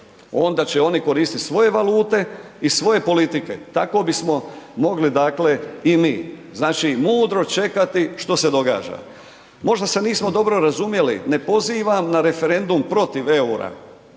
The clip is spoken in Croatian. onda će oni koristiti svoje valute i svoje politike, tako bismo mogli dakle i mi. Znači mudro čekati što se događa. Možda se nismo dobro razumjeli, ne pozivam na referendum protiv eura